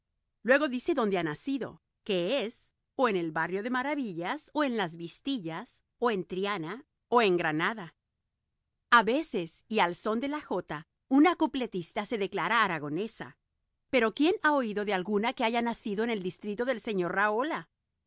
luego dice dónde ha nacido que es o en el barrio de maravillas o en las vistillas o en triana o en granada a veces y al son de la jota una cupletista se declara aragonesa pero quién ha oído de alguna que haya nacido en el distrito del sr rahola